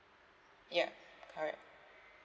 yup correct